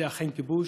זה אכן כיבוש.